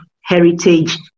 Heritage